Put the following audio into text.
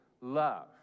love